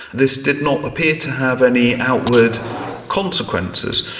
this did not appear to have any outward consequences.